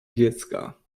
dziecka